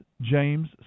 James